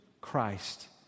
Christ